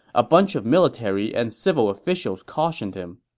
a bunch of military and civil officials cautioned him.